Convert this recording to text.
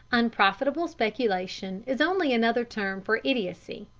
unprofitable speculation is only another term for idiocy.